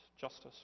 justice